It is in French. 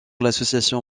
l’association